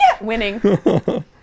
Winning